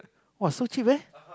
!wah! so cheap eh